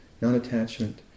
non-attachment